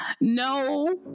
no